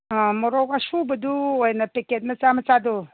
ꯑꯥ ꯃꯣꯔꯣꯛ ꯑꯁꯨꯕꯗꯨ ꯑꯣꯏꯅ ꯄꯦꯀꯦꯠ ꯃꯆꯥ ꯃꯆꯥꯗꯣ